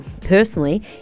personally